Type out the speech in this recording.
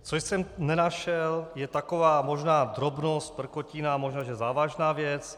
Co jsem nenašel, je taková možná drobnost, prkotina, možná že závažná věc.